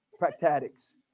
practatics